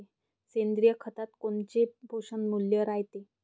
सेंद्रिय खतात कोनचे पोषनमूल्य रायते?